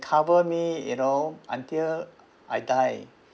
cover me you know until I die